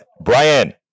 Brian